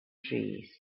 trees